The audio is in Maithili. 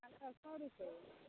आ सए सए रुपैये